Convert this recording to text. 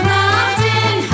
Mountain